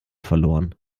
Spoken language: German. verloren